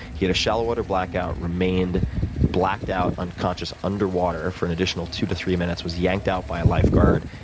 he had a shallow water blackout, remained blacked out, unconscious, underwater for an additional two to three minutes, was yanked out by a lifeguard,